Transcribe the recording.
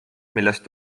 millest